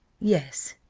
yes,